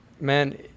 man